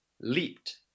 leaped